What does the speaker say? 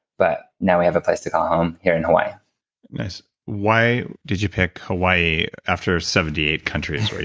but now we have a place to call home here in hawaii nice. why did you pick hawaii after seventy eight countries, where you